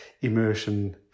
immersion